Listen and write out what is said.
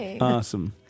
Awesome